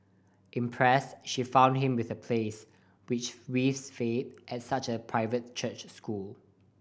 impressed she found him with a place which with waived fee at a private church school